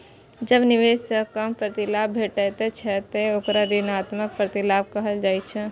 जब निवेश सं कम प्रतिलाभ भेटै छै, ते ओकरा ऋणात्मक प्रतिलाभ कहल जाइ छै